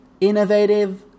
innovative